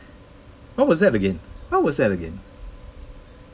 what was that again what was that again